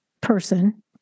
person